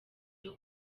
cyo